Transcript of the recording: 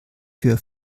für